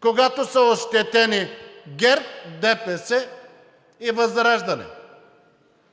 когато са ощетени ГЕРБ, ДПС и ВЪЗРАЖДАНЕ.